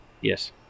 Yes